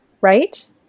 Right